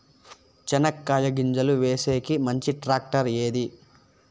చెనక్కాయ గింజలు వేసేకి మంచి టాక్టర్ ఏది?